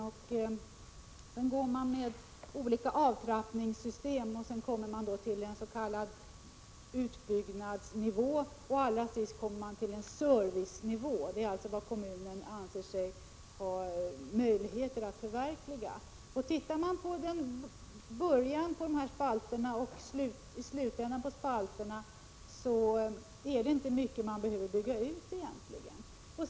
Genom olika avtrappningssystem kommer man till ens.k. utbyggnadsnivå. Allra sist kommer man till en servicenivå, alltså vad kommunen anser sig ha möjlighet att förverkliga. Jämför man början av spalterna med slutändan av dem, finner man att det inte är mycket man behöver bygga ut.